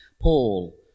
Paul